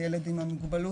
הילד עם המוגבלות,